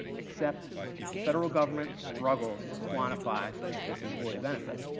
except the federal government struggles to quantify this employee benefit.